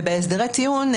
בהסדרי טיעון,